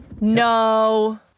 No